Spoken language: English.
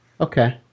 Okay